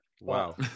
Wow